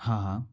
हाँ हाँ